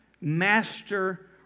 master